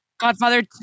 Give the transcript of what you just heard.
Godfather